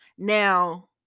Now